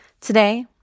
Today